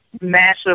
massive